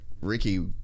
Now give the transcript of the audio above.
Ricky